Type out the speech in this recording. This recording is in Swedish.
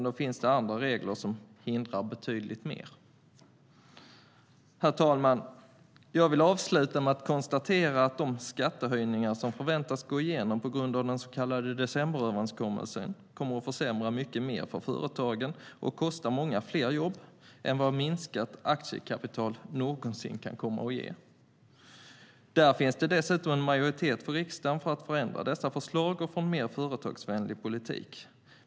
Det finns andra regler som hindrar betydligt mer. Herr talman! Jag vill avsluta med att konstatera att de skattehöjningar som förväntas gå igenom på grund av den så kallade decemberöverenskommelsen kommer att försämra mycket mer för företagen och kosta många fler jobb än vad ett minskat aktiekapital någonsin kan komma att göra. Där finns det dessutom en majoritet i riksdagen för att förändra dessa förslag för att få en mer företagsvänlig politik.